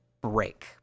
break